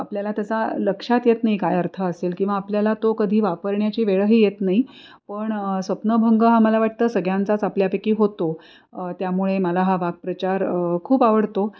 आपल्याला त्याचा लक्षात येत नाही काय अर्थ असेल किंवा आपल्याला तो कधी वापरण्याची वेळही येत नाही पण स्वप्नभंग हा मला वाटतं सगळ्यांचाच आपल्यापैकी होतो त्यामुळे मला हा वाक्प्रचार खूप आवडतो